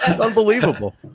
unbelievable